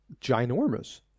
ginormous